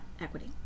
equity